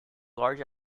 large